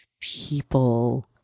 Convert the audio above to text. people